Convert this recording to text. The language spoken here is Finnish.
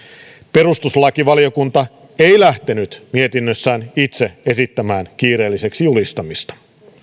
perustuslakivaliokunta ei lähtenyt mietinnössään itse esittämään kiireelliseksi julistamista